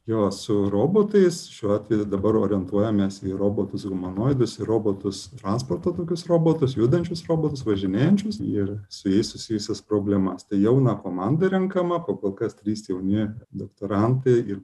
jo su robotais šiuo atveju dabar orientuojamės į robotushumanoidus ir robotus transporto tokius robotus judančius robotus važinėjančius ir su jais susijusias problemas tai jauna komanda renkama pakol kas trys jauni doktorantai ir